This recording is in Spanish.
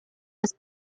las